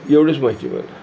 एवढेच माहिती आहे मला